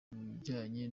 bijyanye